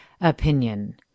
opinion